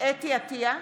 חוה אתי עטייה,